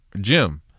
Jim